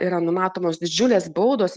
yra numatomos didžiulės baudos